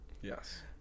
Yes